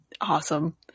Awesome